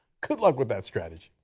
good luck with that strategy.